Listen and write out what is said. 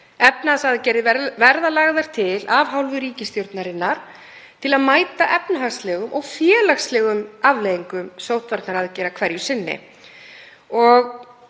efnahagsaðgerðir verði lagðar til af hálfu ríkisstjórnarinnar til að mæta efnahagslegum og félagslegum afleiðingum sóttvarnaaðgerða hverju sinni.